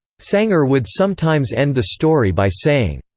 sanger would sometimes end the story by saying,